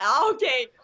Okay